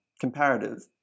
comparative